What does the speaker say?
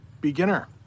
beginner